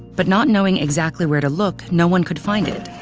but not knowing exactly where to look, no one could find it.